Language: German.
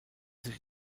sich